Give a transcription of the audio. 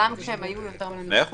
גם כשהן היו יותר --- מאה אחוז.